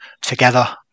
together